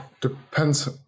depends